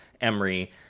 Emery